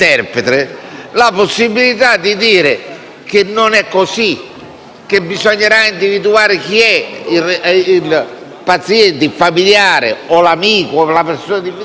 che bisognerà individuare chi è il familiare, l'amico o la persona di fiducia che dovrà esprimere il consenso. Poiché tutto ciò qui non c'è più,